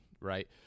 right